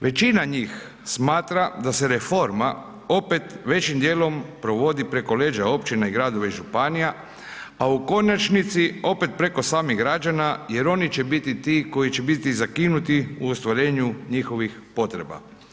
Većina njih smatra da se reforma opet većim dijelom provodi preko leđa općina i gradova i županija, a u konačnici opet preko samih građana jer oni će biti ti koji će biti zakinuti u ostvarenju njihovih potreba.